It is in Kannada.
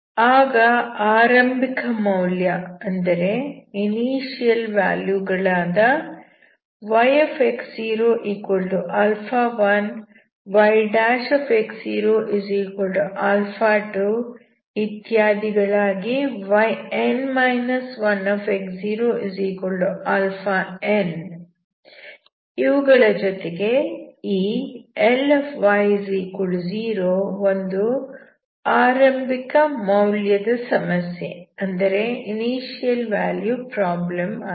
ಆಗ ಆರಂಭಿಕ ಮೌಲ್ಯ ಗಳಾದ yx01 yx02 yn ಇವುಗಳ ಜೊತೆಗೆ ಈ Ly0 ಒಂದು ಆರಂಭಿಕ ಮೌಲ್ಯದ ಸಮಸ್ಯೆ ಯಾಗಿದೆ